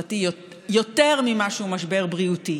ברשות יושב-ראש הישיבה,